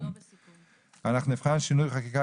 אנחנו בית ל- -- גילוי נאות,